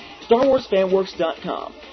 StarWarsFanWorks.com